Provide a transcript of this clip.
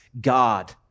God